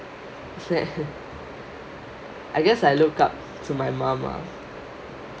I guess I look up to my mum ah